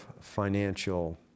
financial